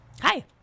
Hi